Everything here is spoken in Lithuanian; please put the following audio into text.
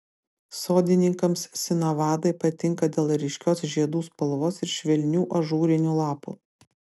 sodininkams sinavadai patinka dėl ryškios žiedų spalvos ir švelnių ažūrinių lapų